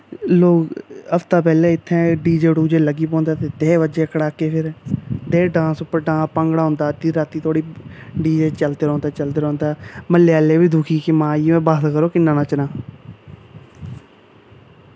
लोग हफ्ता पैह्लें इत्थै डीजे डूजे लग्गी पौंदे ते दे बज्जै कड़ाके फिर दे डांस पर डांस भांगड़ा होंदा अद्धी रातीं धोड़ी डीजे चलदा रौंह्दा चलदा रौंह्दा मह्ल्ले आह्ले बी दुखी कि बस करो किन्ना नच्चना